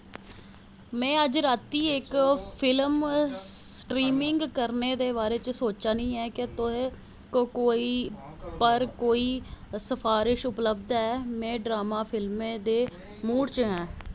में अज्ज रातीं इक फिल्म स्ट्रीमिंग करने दे बारे च सोचा ना ऐं क्या तुं'दे कोल वूट पर कोई सफारश उपलब्ध ऐ मैं ड्रामा फिल्में दे मूड च आं